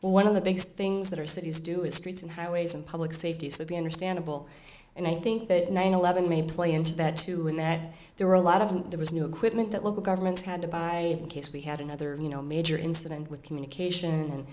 safety one of the big things that are cities do is streets and highways and public safety so be understandable and i think that nine eleven may play into that too in that there were a lot of there was no equipment that local governments had to buy in case we had another you know major incident with communication and